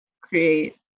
create